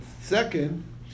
Second